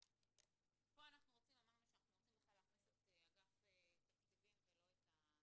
פה אמרנו שאנחנו רוצים להכניס את אגף התקציבים ולא את השר.